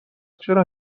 چرا